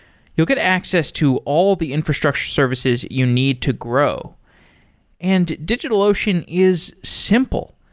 you'll get access to all the infrastructure services you need to grow and digitalocean is simple.